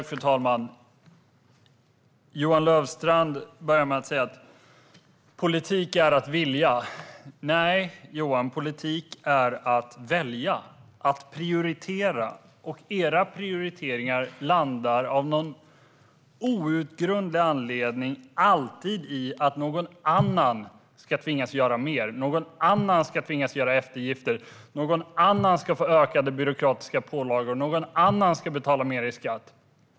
Fru talman! Johan Löfstrand börjar med att säga att politik är att vilja. Nej, Johan, politik är att välja, att prioritera. Era prioriteringar landar av någon outgrundlig anledning alltid i att någon annan ska tvingas göra mer. Någon annan ska tvingas göra eftergifter. Någon annan ska få ökade byråkratiska pålagor. Någon annan ska betala mer i skatt.